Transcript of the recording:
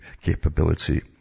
capability